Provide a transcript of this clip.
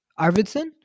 Arvidsson